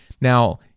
Now